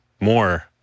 more